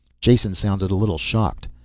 jason sounded a little shocked.